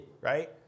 right